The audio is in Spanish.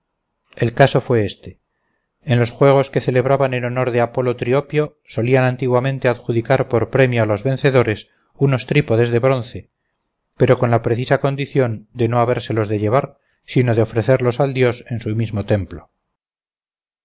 el caso fue este en los juegos que celebraban en honor de apolo triopio solían antiguamente adjudicar por premio a los vencedores unos trípodes de bronce pero con la precisa condición de no habérselos de llevar sino de ofrecerlos al dios en su mismo templo